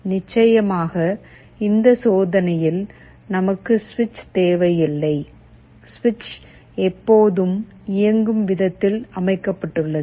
நிச்சயமாக இந்த சோதனையில் நமக்கு சுவிட்ச் தேவையில்லை சுவிட்ச் எப்போதும் இயங்கும் விதத்தில் அமைக்கப்பட்டுள்ளது